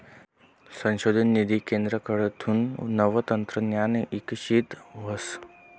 संशोधन निधी केंद्रकडथून नवं तंत्रज्ञान इकशीत व्हस